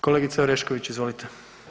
Kolegice Orešković, izvolite.